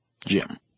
Jim